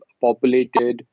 populated